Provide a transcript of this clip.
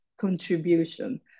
contribution